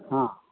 ହଁ